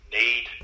need